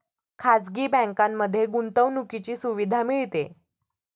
खाजगी बँकांमध्ये गुंतवणुकीची सुविधा मिळते